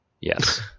yes